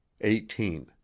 eighteen